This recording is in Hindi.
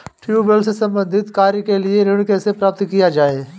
ट्यूबेल से संबंधित कार्य के लिए ऋण कैसे प्राप्त किया जाए?